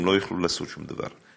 הם לא יוכלו לעשות שום דבר.